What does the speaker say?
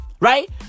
right